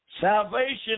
Salvation